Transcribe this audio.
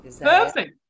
Perfect